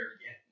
again